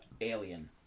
Alien